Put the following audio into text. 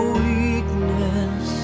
weakness